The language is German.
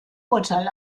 urteil